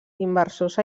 inversors